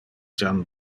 jam